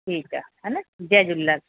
ठीकु आहे हा न जय झूलेलाल